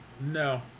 No